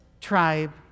tribe